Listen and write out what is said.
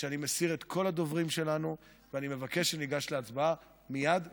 שאני מסיר את כל הדוברים שלנו ואני מבקש שניגש להצבעה מייד וכעת.